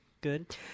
good